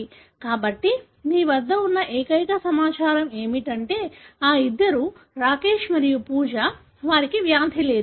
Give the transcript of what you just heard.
కాబట్టి మీ వద్ద ఉన్న ఏకైక సమాచారం ఏమిటంటే ఈ ఇద్దరు రాకేష్ మరియు పూజ వారికి వ్యాధి లేదు